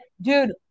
dude